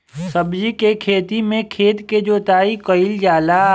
सब्जी के खेती में खेत के जोताई कईल जाला